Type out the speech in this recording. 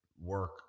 work